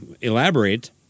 elaborate